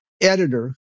editor